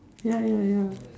ya ya ya